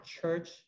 church